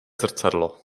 zrcadlo